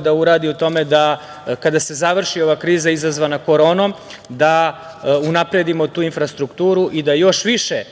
da uradi u tome da kada se završi ova kriza izazvana koronom unapredimo tu infrastrukturu i da još više